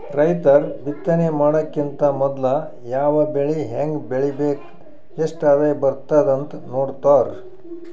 ರೈತರ್ ಬಿತ್ತನೆ ಮಾಡಕ್ಕಿಂತ್ ಮೊದ್ಲ ಯಾವ್ ಬೆಳಿ ಹೆಂಗ್ ಬೆಳಿಬೇಕ್ ಎಷ್ಟ್ ಆದಾಯ್ ಬರ್ತದ್ ಅಂತ್ ನೋಡ್ತಾರ್